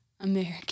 American